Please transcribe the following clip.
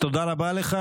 תודה רבה.